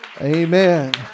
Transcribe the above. Amen